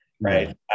right